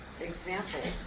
examples